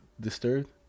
disturbed